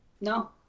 No